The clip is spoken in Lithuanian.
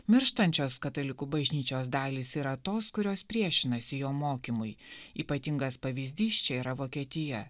mirštančios katalikų bažnyčios dalys yra tos kurios priešinasi jo mokymui ypatingas pavyzdys čia yra vokietija